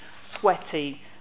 sweaty